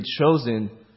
chosen